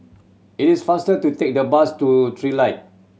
it is faster to take the bus to Trilight